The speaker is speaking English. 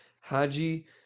Haji